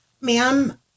ma'am